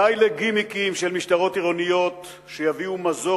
די לגימיקים של משטרות עירוניות שיביאו מזור